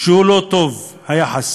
שהוא לא טוב, היחס.